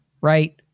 right